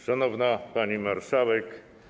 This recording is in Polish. Szanowna Pani Marszałek!